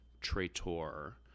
traitor